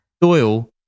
Doyle